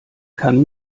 kann